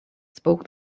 spoke